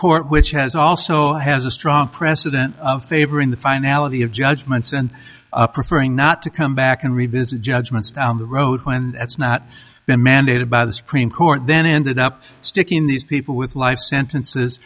court which has also has a strong precedent favoring the finality of judgments and prefer not to come back and revisit judgments down the road when that's not mandated by the supreme court then ended up sticking these people with life sentences